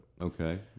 Okay